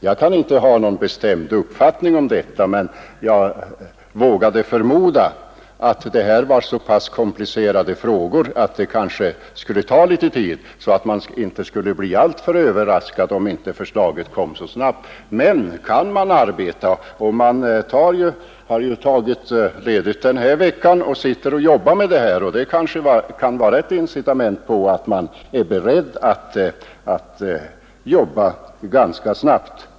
Jag kan inte ha någon bestämd uppfattning om detta, men jag vågade förmoda att dessa frågor är så pass komplicerade att det kanske skulle ta litet tid att utreda dem och att vi inte borde bli alltför överraskade, om förslaget inte kommer så snabbt. Utredningen arbetar nu med dem hela den här veckan, och det kan kanske vara en indikation på att utredningen är beredd att handla raskt.